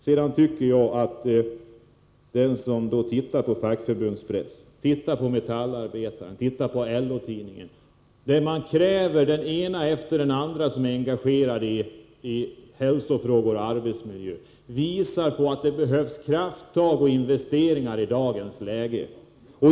Se på fackförbundspressen, t.ex. Metallarbetaren och LO-Tidningen. Den ena personen efter den andra som är engagerad i hälsofrågor och arbetsmiljö visar på att det behövs krafttag och investeringar i dagens läge.